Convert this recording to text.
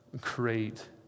great